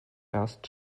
erst